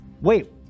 wait